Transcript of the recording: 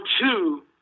two